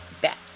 back